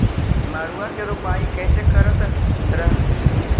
मड़उआ की रोपाई कैसे करत रहलू?